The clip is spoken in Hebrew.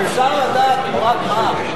אפשר לדעת תמורת מה?